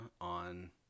on